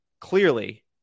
clearly